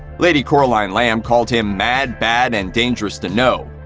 lady caroline lamb called him mad, bad, and dangerous to know.